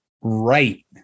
right